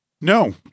No